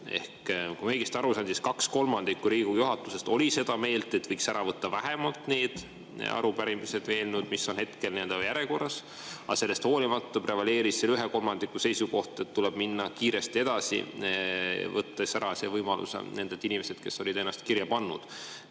Ehk kui ma õigesti aru sain, siis kaks kolmandikku Riigikogu juhatusest oli seda meelt, et võiks vastu võtta vähemalt need arupärimised või eelnõud, mis on hetkel järjekorras. Aga sellest hoolimata prevaleeris selle ühe kolmandiku seisukoht, et tuleb minna kiiresti edasi, võtta ära see võimalus nendelt inimestelt, kes olid ennast kirja pannud.